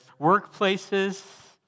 workplaces